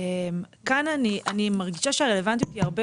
כאן אני מרגישה שהרלוונטיות היא הרבה